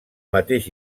mateix